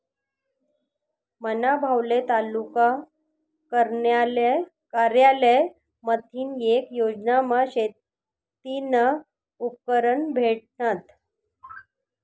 मना भाऊले तालुका कारयालय माथीन येक योजनामा शेतीना उपकरणं भेटनात